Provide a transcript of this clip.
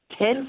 ten